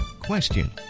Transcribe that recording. Question